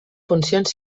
funcions